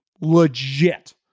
Legit